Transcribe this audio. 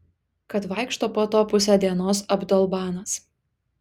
kad vaikšto po to pusę dienos abdolbanas